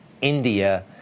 India